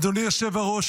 אדוני היושב-ראש,